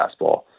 fastball